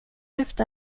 efter